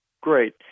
great